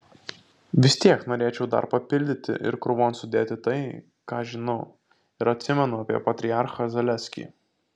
vis tiek norėčiau dar papildyti ir krūvon sudėti tai ką žinau ir atsimenu apie patriarchą zaleskį